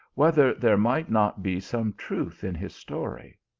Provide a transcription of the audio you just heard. whether there might not be some truth in his story.